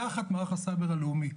תחת מערך הסייבר הלאומי.